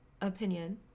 opinion